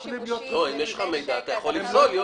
יואל, כשיש לך מידע אתה יכול לפסול.